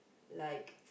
like